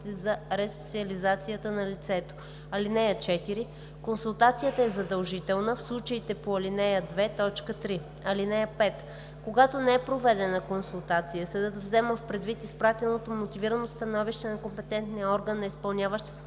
за ресоциализация на лицето. (4) Консултацията е задължителна в случаите по ал. 2, т. 3. (5) Когато не е проведена консултация, съдът взема предвид изпратеното мотивирано становище на компетентния орган на изпълняващата